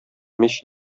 мич